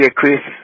Chris